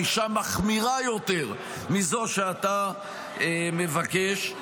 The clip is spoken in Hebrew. ענישה מחמירה יותר מזו שאתה מבקש.